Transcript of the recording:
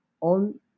on